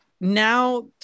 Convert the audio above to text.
now